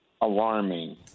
alarming